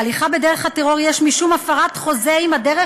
בהליכה בדרך הטרור יש משום הפרת החוזה עם הדרך